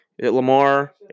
Lamar